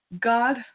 God